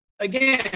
again